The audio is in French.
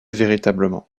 véritablement